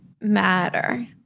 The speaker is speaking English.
matter